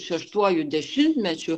šeštuoju dešimtmečiu